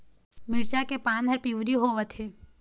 मिरचा के पान हर पिवरी होवथे?